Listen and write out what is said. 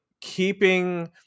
keeping